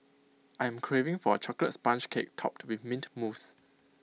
I am craving for A Chocolate Sponge Cake Topped with Mint Mousse